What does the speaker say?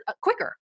quicker